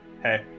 hey